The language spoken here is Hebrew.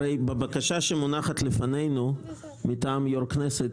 הרי בבקשה שמונחת לפנינו מטעם יושב ראש הכנסת